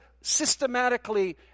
systematically